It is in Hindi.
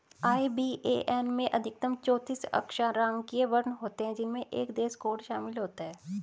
आई.बी.ए.एन में अधिकतम चौतीस अक्षरांकीय वर्ण होते हैं जिनमें एक देश कोड शामिल होता है